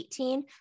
18